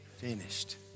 finished